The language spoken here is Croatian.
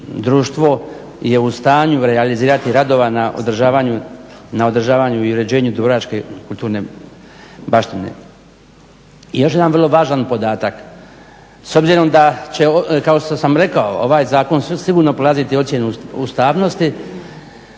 društvo je u stanju realizirati radova na održavanju i uređenju dubrovačke kulturne baštine. I još jedan vrlo važan podatak, s obzirom kao što sam rekao ovaj zakon će sigurno prolaziti ocjenu ustavnosti,